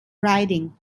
writing